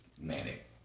manic